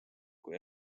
kui